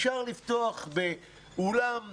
אפשר לפתוח באולם שממוזג,